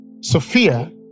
Sophia